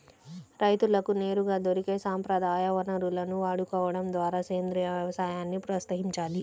రైతులకు నేరుగా దొరికే సంప్రదాయ వనరులను వాడుకోడం ద్వారా సేంద్రీయ వ్యవసాయాన్ని ప్రోత్సహించాలి